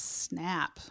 snap